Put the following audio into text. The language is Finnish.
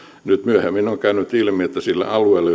nyt myöhemmin on käynyt ilmi että sillä alueella